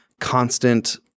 constant